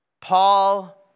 Paul